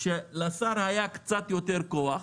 וזה כשלשר היה קצת יותר כוח,